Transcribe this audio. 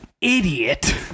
idiot